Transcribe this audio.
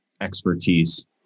expertise